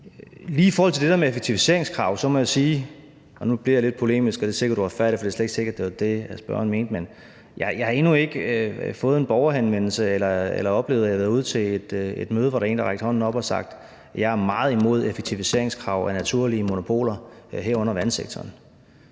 Lige i forhold til det der med effektiviseringskrav må jeg sige – og nu bliver jeg lidt polemisk, og det er sikkert uretfærdigt, for det er slet ikke sikkert, at det var det, spørgeren mente – at jeg endnu ikke har fået en borgerhenvendelse eller oplevet at være ude til et møde, hvor en har rakt hånden op og sagt: Jeg er meget imod effektiviseringskrav af naturlige monopoler, herunder vandsektoren.